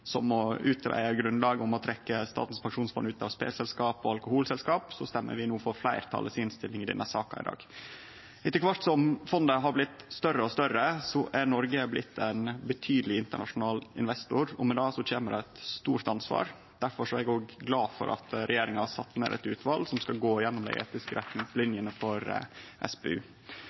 som å greie ut grunnlaget for å trekkje Statens pensjonsfond utland ut av spel- og alkoholselskap, stemmer vi no for fleirtalet si innstilling i denne saka i dag. Etter kvart som fondet har blitt større og større, er Noreg blitt ein betydeleg internasjonal investor, og med det kjem det eit stort ansvar. Derfor er eg glad for at regjeringa har sett ned eit utval som skal gå gjennom dei etiske retningslinjene for